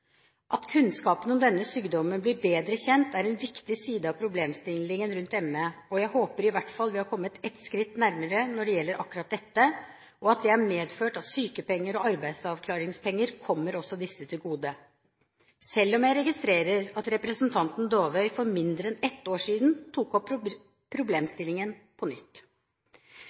At kunnskapen om denne sykdommen blir bedre kjent, er viktig for problemstillingen rundt ME. Jeg håper vi i hvert fall er kommet et skritt nærmere når det gjelder akkurat dette, og at det har medført at sykepenger og arbeidsavklaringspenger kommer disse menneskene til gode – selv om jeg registrerer at representanten Dåvøy for mindre enn ett år siden tok opp problemstillingen på nytt.